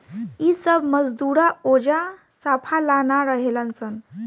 इ सब मजदूरा ओजा साफा ला ना रहेलन सन